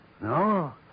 No